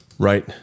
Right